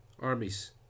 armies